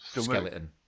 Skeleton